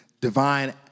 divine